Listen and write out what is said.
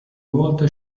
volta